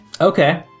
Okay